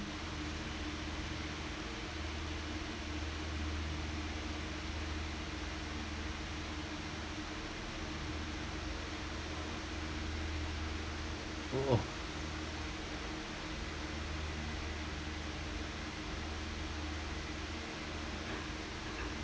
!woo! orh